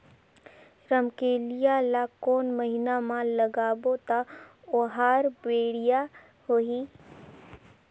रमकेलिया ला कोन महीना मा लगाबो ता ओहार बेडिया होही?